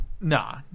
Nah